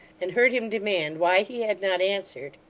and heard him demand why he had not answered,